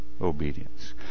obedience